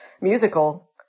musical